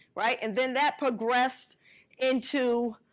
right? and then that progressed into,